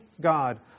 God